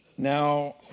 Now